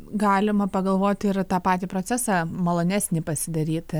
galima pagalvoti ir tą patį procesą malonesnį pasidaryt